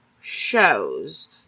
shows